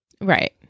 Right